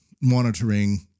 monitoring